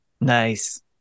Nice